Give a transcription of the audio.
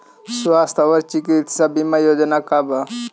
स्वस्थ और चिकित्सा बीमा योजना का बा?